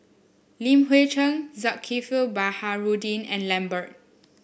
Li Hui Cheng Zulkifli Baharudin and Lambert